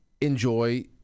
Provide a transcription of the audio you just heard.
enjoy